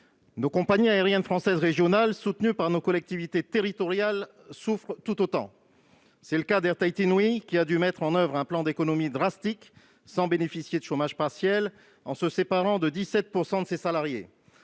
Nos compagnies aériennes françaises régionales, soutenues par nos collectivités territoriales, souffrent tout autant. C'est le cas d'Air Tahiti Nui, qui a dû mettre en oeuvre un plan d'économies drastique sans bénéficier du chômage partiel, en se séparant de 17 % de ses salariés.